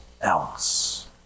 else